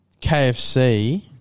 KFC –